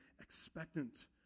expectant